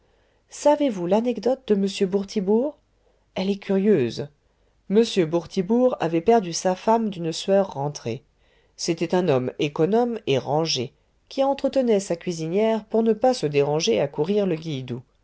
savez-vous l'anecdote de m bourtibourg elle est curieuse m bourtibourg avait perdu sa femme d'une sueur rentrée c'était un homme économe et rangé qui entretenait sa cuisinière pour ne pas se déranger à courir le